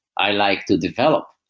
i like to develop.